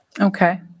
Okay